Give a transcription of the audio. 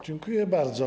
Dziękuję bardzo.